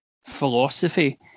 philosophy